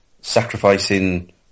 sacrificing